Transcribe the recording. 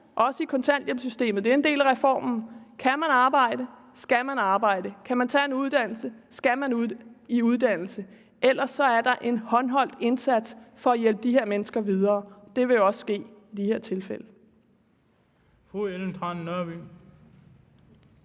også i kontanthjælpssystemet – det er en del af reformen – der hedder: Kan man arbejde, skal man arbejde. Kan man tage en uddannelse, skal man i uddannelse, ellers er der en håndholdt indsats for at hjælpe de her mennesker videre. Det vil også ske i de her tilfælde.